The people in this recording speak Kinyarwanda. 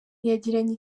yagiranye